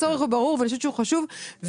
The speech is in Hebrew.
הצורך הוא ברור ואני חושבת שהוא חשוב ואני